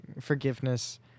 forgiveness